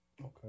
Okay